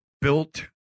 built